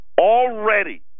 Already